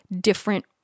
different